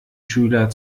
schüler